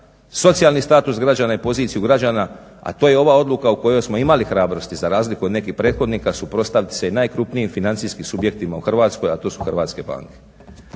socijalni status građana i poziciju građana, a to je ova odluka u kojoj smo imali hrabrosti za razliku od nekih prethodnika suprotstaviti se i najkrupnijim financijskim subjektima u Hrvatskoj, a to su hrvatske banke.